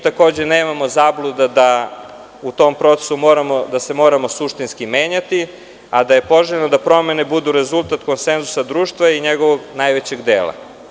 Takođe nemamo zabluda da u tom procesu moramo suštinski da se menjamo, a da je poželjno da promene budu rezultat konsenzusa društva i njegovog najvećeg dela.